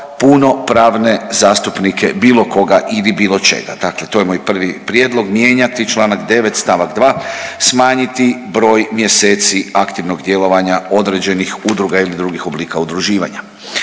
punopravne zastupnike bilo koga ili bilo čega. Dakle, to je moj prvi prijedlog mijenjati čl. 9. st. 2. smanjiti broj mjeseci aktivnog djelovanja određenih udruga ili drugih oblika udruživanja.